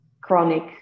chronic